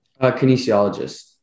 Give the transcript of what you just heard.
Kinesiologist